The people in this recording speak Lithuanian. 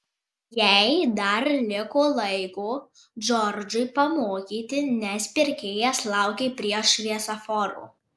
jai dar liko laiko džordžui pamokyti nes pirkėjas laukė prie šviesoforo